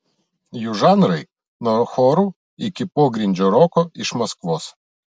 jų žanrai nuo chorų iki pogrindžio roko iš maskvos